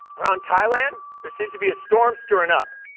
around thailand, there seems to be a storm stirring up.